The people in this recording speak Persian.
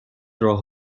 راه